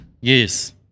Yes